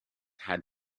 had